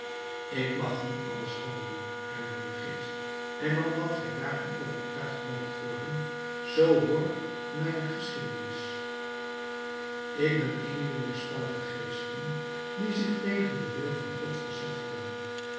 ik mag niet anders handelen hernam de geest en opdat gij daarvan overtuigd moogt worden zoo hoor mijne geschiedenis ik ben een dier weêrspannige geesten die zich tegen den wil van god verzet hebben